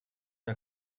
are